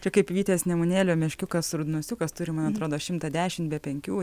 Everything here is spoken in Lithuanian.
čia kaip vytės nemunėlio meškiukas rudnosiukas turi man atrodo šimtą dešimt be penkių